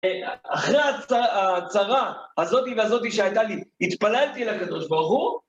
אחרי הצהרה הזאתי והזאתי שהייתה לי, התפללתי לקדוש ברוך הוא.